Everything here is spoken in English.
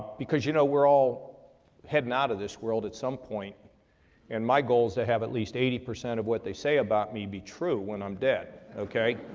because, you know, we're all heading out of this world at some point and my goal is to have at least eighty percent of what they say about me be true when i'm dead, okay?